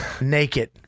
naked